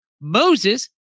Moses